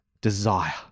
desire